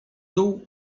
dół